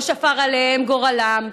ולא שפר עליהם גורלם,